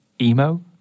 emo